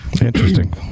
Interesting